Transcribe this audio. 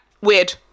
weird